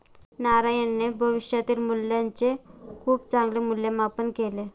नारायणने भविष्यातील मूल्याचे खूप चांगले मूल्यमापन केले